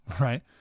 right